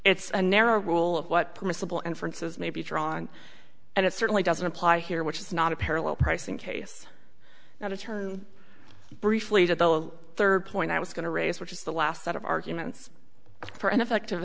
it's a narrow rule of what permissible and francis may be drawn and it certainly doesn't apply here which is not a parallel pricing case now to turn briefly to the third point i was going to raise which is the last set of arguments for an effective